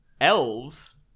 elves